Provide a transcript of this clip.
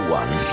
one